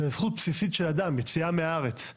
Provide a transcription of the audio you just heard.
וזו זכות בסיסית של אדם יציאה מהארץ.